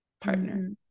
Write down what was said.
partner